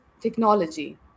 technology